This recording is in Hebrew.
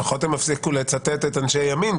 לפחות הם הפסיקו לצטט את אנשי הימין,